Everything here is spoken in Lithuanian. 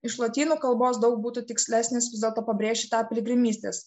iš lotynų kalbos daug būtų tikslesnis vis dėlto pabrėžti tą piligrimystės